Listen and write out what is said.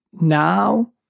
now